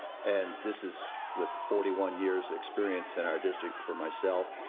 and this is with forty one years experience in our district for myself,